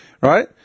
right